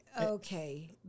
okay